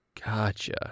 Gotcha